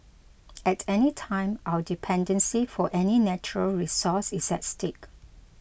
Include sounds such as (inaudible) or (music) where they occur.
(noise) at any time our dependency for any natural resource is at stake